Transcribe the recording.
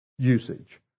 usage